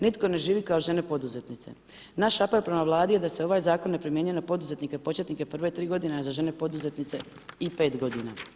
Nitko ne živi kao žene poduzetnice, naš apel prema Vladi je da se ovaj zakon ne primjenjuje na poduzetnike početnike prve tri godine, a za žene poduzetnice i 5 godina.